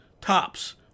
tops